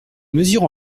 mesure